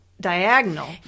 diagonal